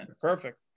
perfect